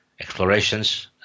explorations